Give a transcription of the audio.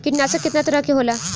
कीटनाशक केतना तरह के होला?